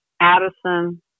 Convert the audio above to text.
Addison